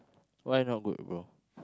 why not good bro